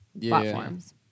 platforms